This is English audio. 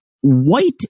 white